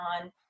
on